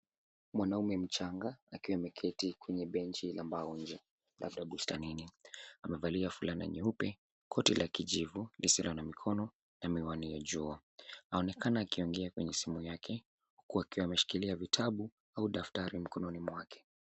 Mwanaume mchanga akiwa ameketi kwenye bench la mbao nje labda bustanini. Amevalia fulana nyeupe, koti la kijivu lisilo na mikono na miwani ya jua. Anaonekana akiongea kwenye simu yake huku akiwa ameshikilia vitabu au daftari mikononi mwake.